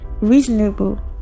reasonable